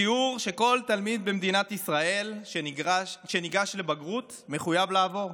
שיעור שכל תלמיד במדינת ישראל שניגש לבגרות מחויב לעבור,